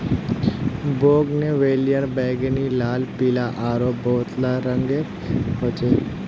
bougainvillea बैंगनी, लाल, पीला आरो बहुतला रंगेर ह छे